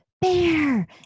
bear